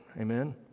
Amen